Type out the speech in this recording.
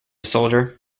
soldier